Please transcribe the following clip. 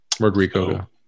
Rodrigo